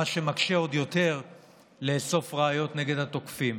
מה שמקשה עוד יותר לאסוף ראיות נגד התוקפים.